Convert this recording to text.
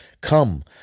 Come